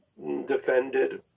defended